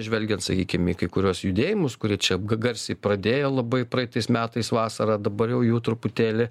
žvelgiant sakykim į kai kuriuos judėjimus kurie čia g garsiai pradėjo labai praeitais metais vasarą dabar jau jų truputėlį